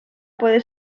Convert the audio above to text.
pueda